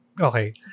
Okay